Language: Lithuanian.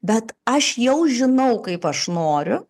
bet aš jau žinau kaip aš noriu